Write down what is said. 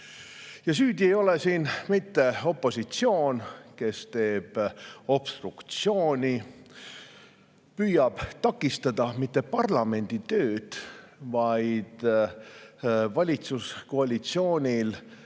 Ja süüdi ei ole mitte opositsioon, kes teeb obstruktsiooni. [Me ei] püüa takistada mitte parlamendi tööd, vaid valitsuskoalitsioonil